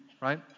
right